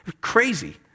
Crazy